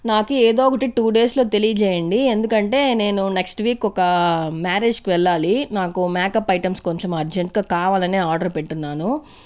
నాకు ఏదో ఒకటి టూ డేస్లో తెలియజేయండి ఎందుకంటే నేను నెక్స్ట్ వీక్ ఒక మ్యారేజ్కి వెళ్ళాలి నాకు మేకప్ ఐటమ్స్ కొంచెం అర్జెంటుగా కావాలనే ఆర్డర్ పెట్టున్నాను